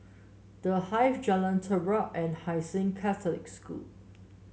The Hive Jalan Terap and Hai Sing Catholic School